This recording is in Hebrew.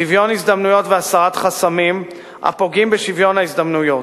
שוויון הזדמנויות והסרת חסמים הפוגעים בשוויון ההזדמנויות.